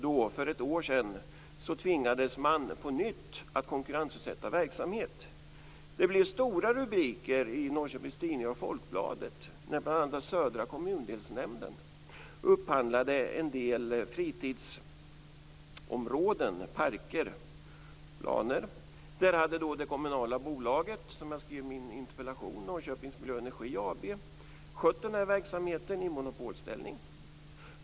Och för ett år sedan tvingades man på nytt att konkurrensutsätta verksamhet. Det blev stora rubriker i Norrköpings Tidningar och Folkbladet när bl.a. den södra kommundelsnämnden upphandlade skötseln av en del fritidsområden, parker och planer. Där hade det kommunala bolaget, som jag skrev om i min interpellation, Norrköping Miljö och Energi AB, skött verksamheten i monopolställning.